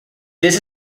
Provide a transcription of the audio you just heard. this